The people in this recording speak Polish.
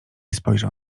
spojrzał